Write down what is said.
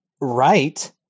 right